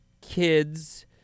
kids